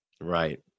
Right